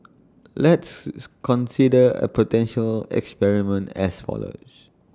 let's consider A potential experiment as follows